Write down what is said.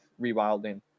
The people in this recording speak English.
rewilding